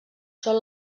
són